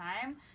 time